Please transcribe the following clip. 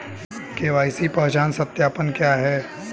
KYC पहचान सत्यापन क्या है?